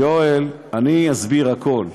יואל, אני אסביר הכול.